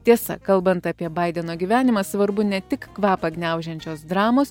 tiesa kalbant apie baideno gyvenimą svarbu ne tik kvapą gniaužiančios dramos